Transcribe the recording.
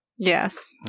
Yes